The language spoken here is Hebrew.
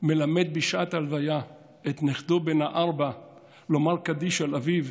מלמד בשעת הלוויה את נכדו בן הארבע לומר קדיש על אביו,